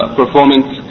performance